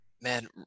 man